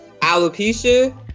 alopecia